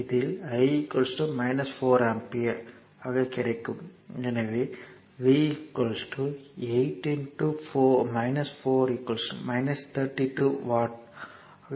இதில் I 4 ampere எனவே V 8 4 32 watt ஆகும்